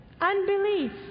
Unbelief